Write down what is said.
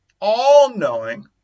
all-knowing